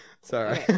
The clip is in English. Sorry